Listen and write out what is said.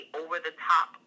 over-the-top